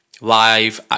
live